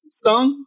stung